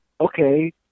okay